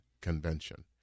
convention